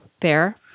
fair